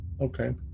Okay